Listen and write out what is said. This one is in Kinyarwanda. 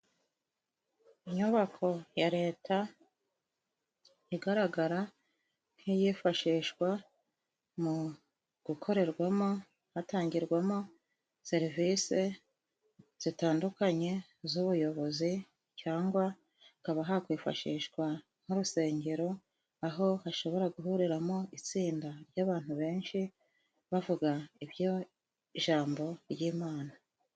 Inyubako ya leta igaragara nkiyifashishwa mu gukorerwamo, hatangirwamo serivisi zitandukanye, z'ubuyobozi cyangwa hakaba hakwifashishwa nk'urusengero aho hashobora gu guhuriramo itsinda ry'abantu benshi, bavuga ibyo ijambo ry'imana.